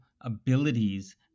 abilities